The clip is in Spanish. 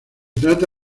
trata